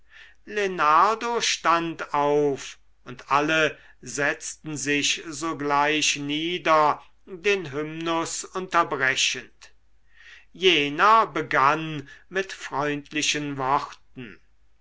stand auf und alle setzten sich sogleich nieder den hymnus unterbrechend jener begann mit freundlichen worten